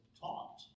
taught